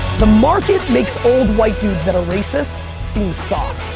the market makes old white dudes that are racists seem soft.